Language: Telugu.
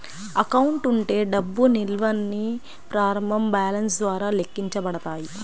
అకౌంట్ ఉండే డబ్బు నిల్వల్ని ప్రారంభ బ్యాలెన్స్ ద్వారా లెక్కించబడతాయి